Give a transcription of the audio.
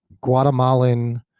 Guatemalan